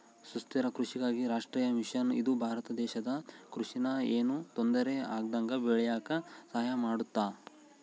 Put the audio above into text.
ಸುಸ್ಥಿರ ಕೃಷಿಗಾಗಿ ರಾಷ್ಟ್ರೀಯ ಮಿಷನ್ ಇದು ಭಾರತ ದೇಶದ ಕೃಷಿ ನ ಯೆನು ತೊಂದರೆ ಆಗ್ದಂಗ ಬೇಳಿಯಾಕ ಸಹಾಯ ಮಾಡುತ್ತ